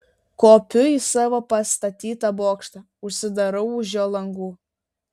kopiu į savo pastatytą bokštą užsidarau už jo langų